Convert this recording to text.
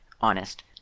Honest